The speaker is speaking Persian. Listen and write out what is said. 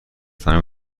تمامی